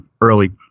early